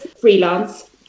freelance